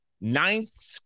ninth